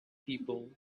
people